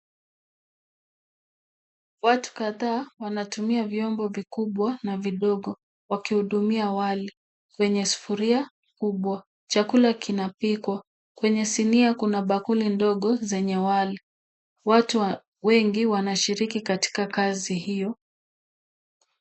Watu kadhaa wanatumia viombo vikubwa na vidogo, wakihudumia wali kwenye sufuria kubwa. Chakula kinapikwa. Kwenye sinia kuna bakuli ndogo zenye wali. Watu wengi wanashiriki katika kazi hiyo.